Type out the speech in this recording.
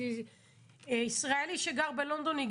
ישראלי שגר בלונדון,